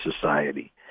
society